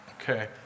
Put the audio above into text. Okay